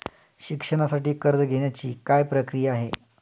शिक्षणासाठी कर्ज घेण्याची काय प्रक्रिया आहे?